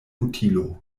utilo